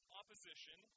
opposition